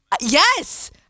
yes